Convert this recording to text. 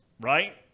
right